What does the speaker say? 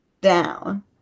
down